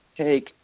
take